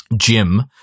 Jim